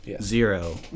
Zero